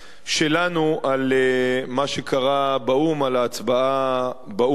שלנו על מה שקרה באו"ם, על ההצבעה באו"ם.